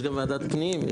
יש גם ועדת פנים.